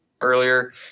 earlier